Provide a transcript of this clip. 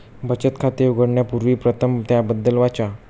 बचत खाते उघडण्यापूर्वी प्रथम त्याबद्दल वाचा